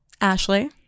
ashley